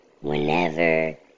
whenever